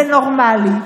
זה נורמלי,